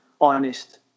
honest